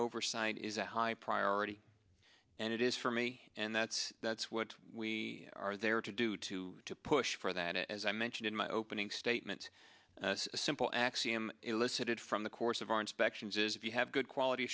oversight is a high priority and it is for me and that's that's what we are there to do to push for that as i mentioned in my opening statement a simple axiom elicited from the course of our inspections is if you have good quality